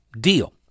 deal